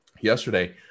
yesterday